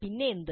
പിന്നെ എന്ത്